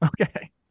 Okay